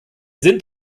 sind